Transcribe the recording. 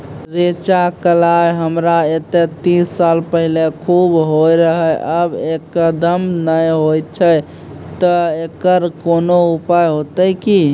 रेचा, कलाय हमरा येते तीस साल पहले खूब होय रहें, अब एकदम नैय होय छैय तऽ एकरऽ कोनो उपाय हेते कि?